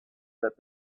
that